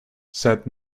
said